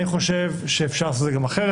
אני חושב שאפשר לעשות את זה גם אחרת,